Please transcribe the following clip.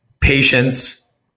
patience